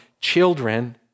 children